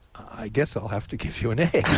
i guess i'll have to give you an a.